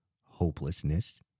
hopelessness